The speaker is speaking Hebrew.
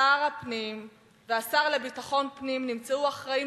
שר הפנים והשר לביטחון פנים נמצאו אחראים